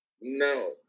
No